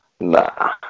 nah